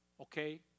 Okay